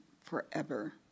forever